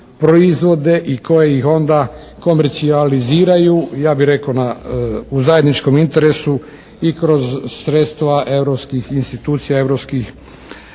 proizvode i koje ih onda komercijaliziraju ja bih rekao u zajedničkom interesu i kroz sredstva europskih institucija, europskih